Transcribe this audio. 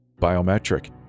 Biometric